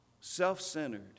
Self-centered